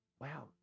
wow